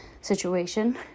situation